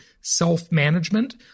self-management